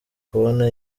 kubona